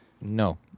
no